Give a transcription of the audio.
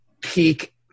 peak